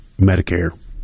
Medicare